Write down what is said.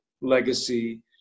legacy